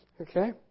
Okay